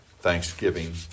Thanksgiving